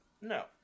No